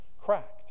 cracked